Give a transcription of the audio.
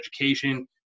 education